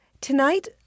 Tonight